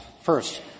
First